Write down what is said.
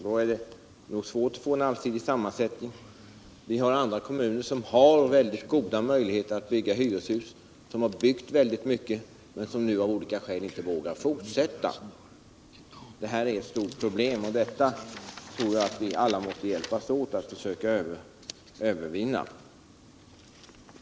Då är det svårt att få en allsidig sammansättning. Det finns andra kommuner som har mycket goda möjligheter att bygga hyreshus, som också har byggt väldigt mycket sådana, men som nu av olika skäl inte vågar fortsätta. Detta är ett stort problem som jag tror att vi alla måste hjälpas åt att försöka lösa.